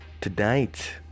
tonight